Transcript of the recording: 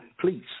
Please